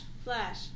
Flash